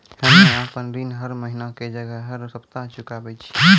हम्मे आपन ऋण हर महीना के जगह हर सप्ताह चुकाबै छिये